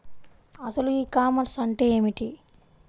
అసలు ఈ కామర్స్ అంటే ఏమిటి?